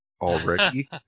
already